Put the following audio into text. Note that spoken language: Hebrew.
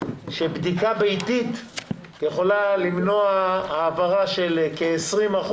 שבדיקה ביתית יכולה למנוע העברה של כ-20%,